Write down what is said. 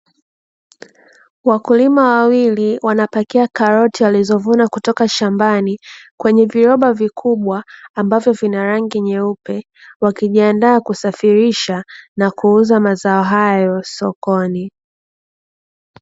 Wakulima wawili wanapakia karoti walizovuna kutoka shambani, kwenye viroba vikubwa ambavyo vina rangi nyeupe, wakijiandaa kusafirisha na kuuza mazao hayo sokoni.